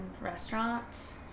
restaurant